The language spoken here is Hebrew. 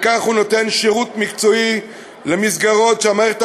וכך הוא נותן שירות מקצועי למסגרות שהמערכת